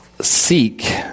seek